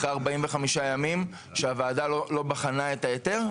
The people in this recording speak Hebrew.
אחרי 45 ימים שהוועדה לא בחנה את ההיתר.